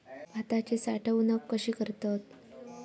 भाताची साठवूनक कशी करतत?